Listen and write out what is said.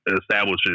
establishes